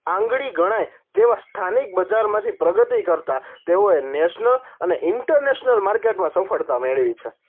આંગળી ગણાય તેવા સ્થાનિક બજારમાંથી પ્રગતિ કરતા તેઓએ નેશનલ અને ઇન્ટરનેશનલ માર્કેટમાં સફળતા મેળવી છે